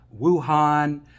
Wuhan